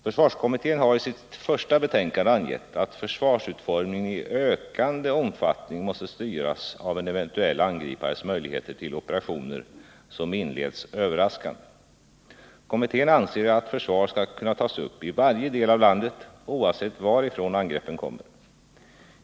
Försvarskommittén har i sitt första betänkande angett att försvarsutformningen i ökande omfattning måste styras av en eventuell angripares möjligheter till operationer som inleds överraskande. Kommittén anser att försvar skall kunna tas uppi varje del av landet, oavsett varifrån angreppen kommer.